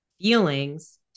feelings